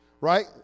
Right